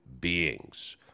beings